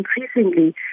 increasingly